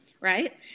right